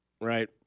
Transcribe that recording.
right